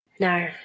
No